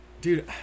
Dude